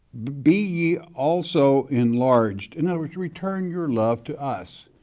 be ye also enlarged. in other words, return your love to us.